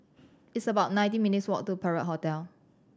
it's about nineteen minutes' walk to Perak Hotel